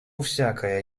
всякое